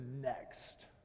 next